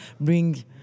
bring